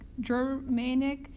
Germanic